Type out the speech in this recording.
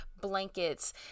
blankets